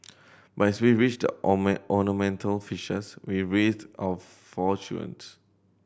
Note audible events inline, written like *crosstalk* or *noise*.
but as we raise the *unintelligible* ornamental fishes we raised our four children *unintelligible*